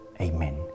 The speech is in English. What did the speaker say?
Amen